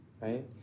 right